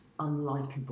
unlikable